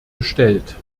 bestellt